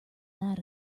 that